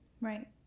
Right